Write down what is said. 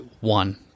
One